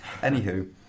Anywho